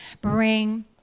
bring